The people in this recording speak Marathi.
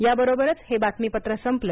या बरोबरच हे बातमीपत्र संपलं